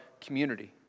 community